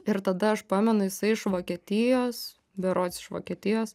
ir tada aš pamenu jisai iš vokietijos berods iš vokietijos